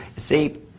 See